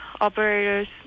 operators